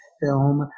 film